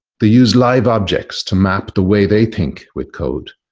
they used live objects to map the way they think with code,